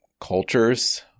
cultures